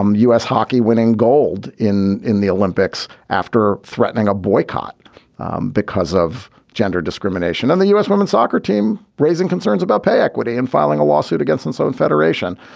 um u s. hockey winning gold in in the olympics after threatening a boycott because of gender discrimination on the u s. women's soccer team, raising concerns about pay equity and filing a lawsuit against its own federation.